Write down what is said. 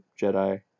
Jedi